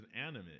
animate